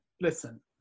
listen